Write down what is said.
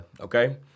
okay